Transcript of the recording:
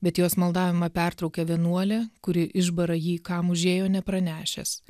bet jos maldavimą pertraukia vienuolė kuri išbara jį kam užėjo nepranešęs